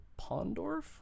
Pondorf